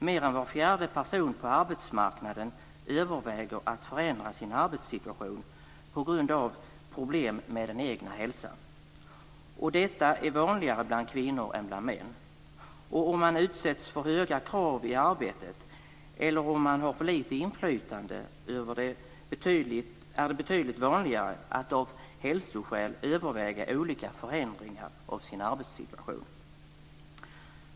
Mer än var fjärde person på arbetsmarknaden överväger att förändra sin arbetssituation på grund av problem med den egna hälsan. Detta är vanligare bland kvinnor än bland män. Och om man utsätts för höga krav i arbetet eller om man har för lite inflytande är det betydligt vanligare att av hälsoskäl överväga olika förändringar av sin arbetssituation.